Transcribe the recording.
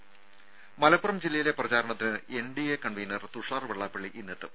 രുര മലപ്പുറം ജില്ലയിലെ പ്രചാരണത്തിന് എൻഡിഎ കൺവീനർ തുഷാർ വെള്ളാപ്പള്ളി ഇന്നെത്തും